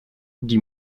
die